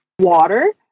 water